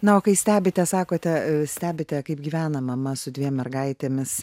na o kai stebite sakote stebite kaip gyvena mama su dviem mergaitėmis